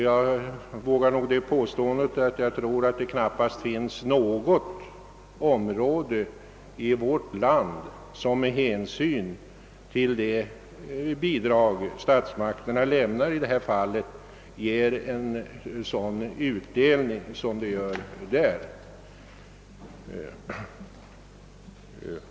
Jag vågar nog göra det påståendet att det knappast finns något område i vårt land, där det bidrag som statsmakterna lämnar ger lika stor utdelning som det gör i detta fall.